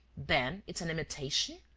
then it's an imitation?